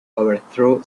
overthrow